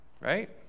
Right